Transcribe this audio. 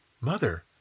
Mother